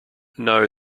know